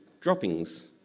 droppings